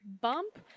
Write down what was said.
Bump